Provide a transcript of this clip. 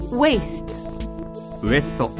waist